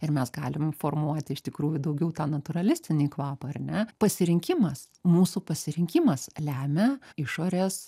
ir mes galim formuoti iš tikrųjų daugiau tą natūralistinį kvapą ar ne pasirinkimas mūsų pasirinkimas lemia išorės